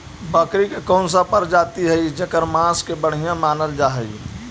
बकरी के कौन प्रजाति हई जेकर मांस के बढ़िया मानल जा हई?